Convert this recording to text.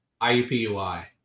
IUPUI